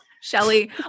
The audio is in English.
Shelly